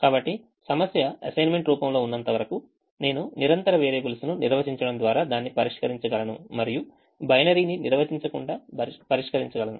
కాబట్టి సమస్య అసైన్మెంట్ రూపంలో ఉన్నంతవరకు నేను నిరంతర వేరియబుల్స్ ను నిర్వచించడం ద్వారా దాన్ని పరిష్కరించగలను మరియు బైనరీని నిర్వచించకుండా పరిష్కరించగలను